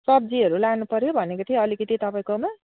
सब्जीहरू लानुपर्यो भनेको थिएँ अलिकति तपाईँकोमा